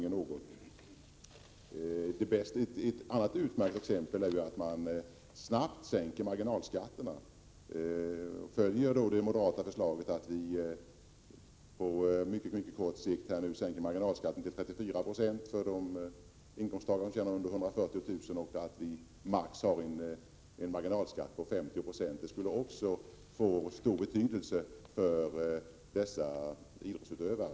En annan utmärkt väg är att snabbt sänka marginalskatterna och alltså följa det moderata förslaget om att vi på kort tid skulle sänka marginalskatten till 34 70 för inkomsttagare som tjänar under 140 000 kr. och maximerar marginalskatten till 50 26. En sådan åtgärd skulle få stor betydelse för dessa yrkesutövare.